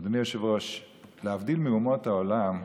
אדוני היושב-ראש, להבדיל מאומות העולם,